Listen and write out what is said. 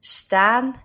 staan